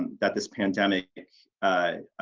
that this pandemic